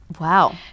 wow